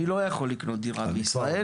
מי לא יכול לקנות דירה בישראל?